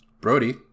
Brody